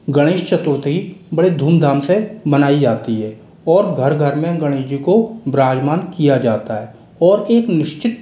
गणेश चतुर्थी बड़ी धूम धाम से मनाई जाती है और घर घर में गणेश जी को विराजमान किया जाता है और एक निश्चित